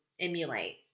emulate